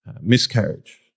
miscarriage